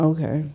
Okay